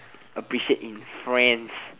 appreciate in friends